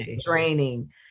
draining